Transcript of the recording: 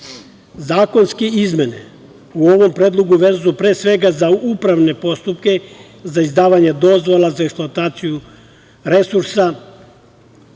izvor. Zakonske izmene u ovom predlogu vezuju se pre svega za upravne postupke za izdavanje dozvola, za eksploataciju resursa